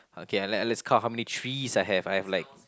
okay uh let let's count how many threes I have I have like